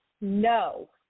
no